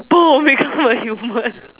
boom become a human